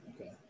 okay